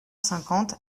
cinquante